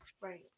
Right